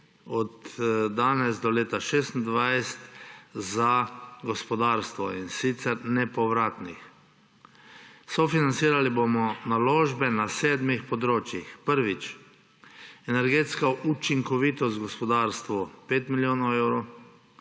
od danes do leta 2026 za gospodarstvo, in sicer nepovratnih. Sofinancirali bomo naložbe na sedmih področjih, prvič, energetska učinkovitost gospodarstvu – pet milijonov evrov;